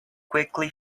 quickly